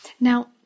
Now